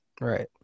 right